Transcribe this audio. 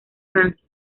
francia